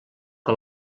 que